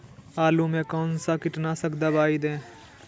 आलू में कौन सा कीटनाशक दवाएं दे?